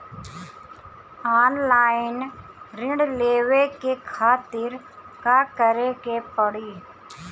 Online ऋण लेवे के खातिर का करे के पड़ी?